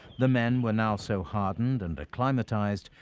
the men were now so hardened and acclimatized,